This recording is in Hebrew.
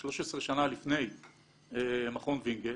13 שנה לפני מכון וינגייט